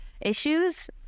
issues